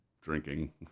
drinking